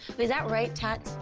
is that right, tat?